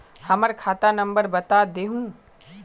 हमर खाता नंबर बता देहु?